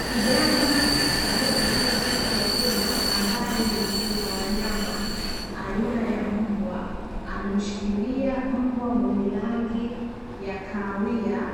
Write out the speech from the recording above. Kijana aliyevalia shati jekundu ambaye ni mtunza wanyama, aina ya mbwa, amemshikilia mbwa mwenye rangi ya kahawia,